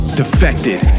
defected